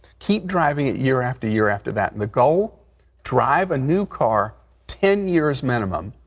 keep driving it year, after year, after that. and the goal drive a new car ten years minimum.